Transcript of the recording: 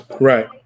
Right